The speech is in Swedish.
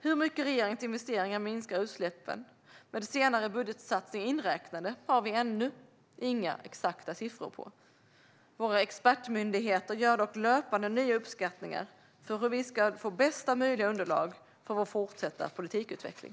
Hur mycket regeringens investeringar minskar utsläppen, med senare budgetsatsningar inräknade, har vi ännu inga exakta siffror på. Våra expertmyndigheter gör dock löpande nya uppskattningar för att vi ska få bästa möjliga underlag inför vår fortsatta politikutveckling.